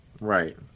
Right